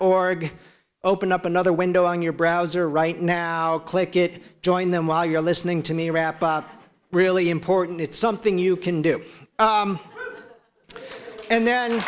org opened up another window on your browser right now click it join them while you're listening to me rap really important it's something you can do and then